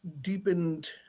deepened